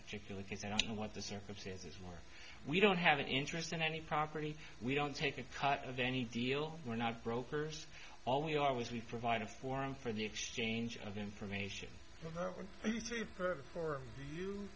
particular case and i don't know what the circumstances were we don't have an interest in any property we don't take a cut of any deal we're not brokers all we are was we provide a forum for the exchange of information